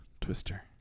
Twister